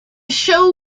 show